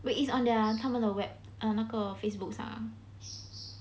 wait is on their 他们的 web or 那个 facebook 上